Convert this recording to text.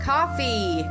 Coffee